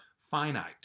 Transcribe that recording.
finite